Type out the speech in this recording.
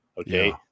Okay